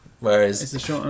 Whereas